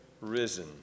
risen